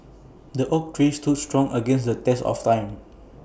the oak tree stood strong against the test of time